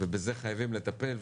ובזה חייבים לטפל,